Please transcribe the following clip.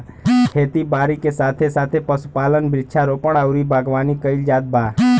खेती बारी के साथे साथे पशुपालन, वृक्षारोपण अउरी बागवानी कईल जात बा